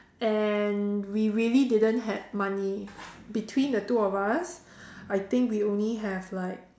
and we really didn't had money between the two of us I think we only have like